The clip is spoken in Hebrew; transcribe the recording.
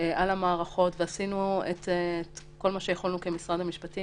על המערכות ועשינו כל מה שיכולנו כמשרד המשפטים